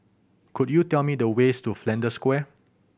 could you tell me the ways to Flanders Square